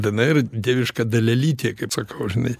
dnr dieviška dalelytė kaip sakau žinai